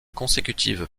consécutives